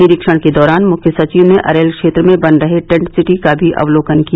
निरीक्षण के दौरान मुख्य सचिव ने अरैल क्षेत्र में बन रहे टेन्ट सिटी का भी अवलोकन किया